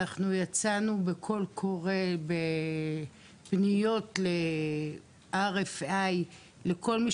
אנחנו יצאנו בקול קורא בפניות ל-RFI לכל מי